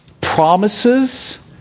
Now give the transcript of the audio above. promises